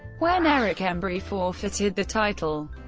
when eric embry forfeited the title.